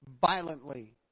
violently